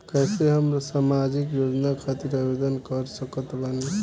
कैसे हम सामाजिक योजना खातिर आवेदन कर सकत बानी?